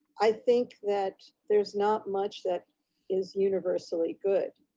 i think that there's not much that is universally good.